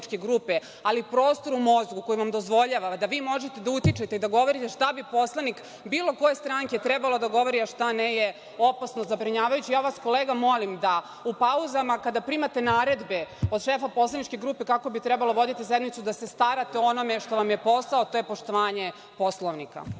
ali prostor u mozgu koji vam dozvoljava da vi možete da utičete i da govorite šta bi poslanik bilo koje stranke trebalo da govori, a šta ne, je opasno zabrinjavajući. Ja vas, kolega, molim da u pauzama kada primate naredbe od šefa poslaničke grupe kako bi trebalo voditi sednicu, da se starate o onome što vam je posao, a to je poštovanje Poslovnika.